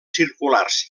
circulars